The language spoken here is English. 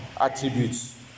attributes